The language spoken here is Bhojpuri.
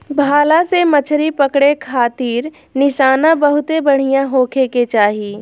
भाला से मछरी पकड़े खारित निशाना बहुते बढ़िया होखे के चाही